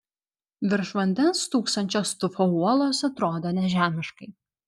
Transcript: virš vandens stūksančios tufo uolos atrodo nežemiškai